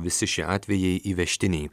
visi šie atvejai įvežtiniai